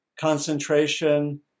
concentration